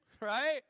Right